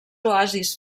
oasis